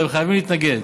הם חייבים להתנגד.